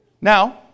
Now